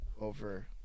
over